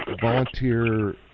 volunteer